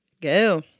Go